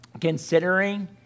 considering